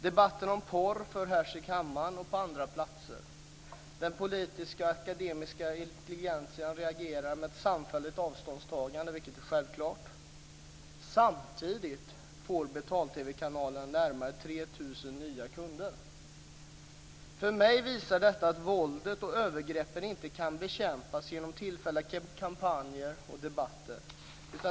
Debatten om porr förs här i kammaren och på andra platser. Den politiska och akademiska intelligentian reagerar med ett samfällt avståndstagande - vilket är självklart. nya kunder. För mig visar detta att våldet och övergreppen inte kan bekämpas genom tillfälliga kampanjer och debatter.